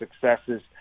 successes